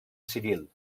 civil